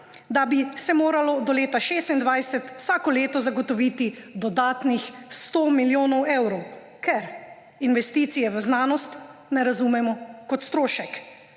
da bi se moralo do leta 2026 vsako leto zagotoviti dodatnih 100 milijonov evrov za investicije v znanost, ker seveda teh